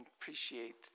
appreciate